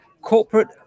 Corporate